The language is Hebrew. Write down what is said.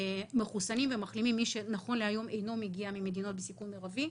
נכון להיום מחוסנים ומחלימים שאינם מגיעים ממדינות בסיכון מירבי,